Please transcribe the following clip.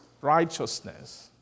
righteousness